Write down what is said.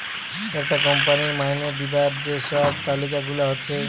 একটা কোম্পানির মাইনে দিবার যে সব তালিকা গুলা হচ্ছে